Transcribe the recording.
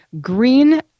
green